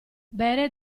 bere